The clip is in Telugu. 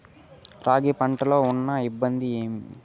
రాగి పంటలో ఉన్న ఇబ్బంది ఏమి?